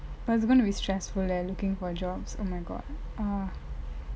but it's going to be stressful leh looking for jobs oh my god ah